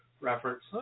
Reference